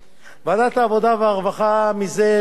ועדת העבודה והרווחה זה שלוש שנים